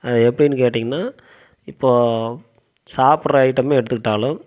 அதை எப்படினு கேட்டிங்கன்னா இப்போ சாப்புடுற ஐட்டம் எடுத்துக்கிட்டாலும்